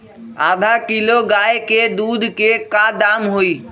आधा किलो गाय के दूध के का दाम होई?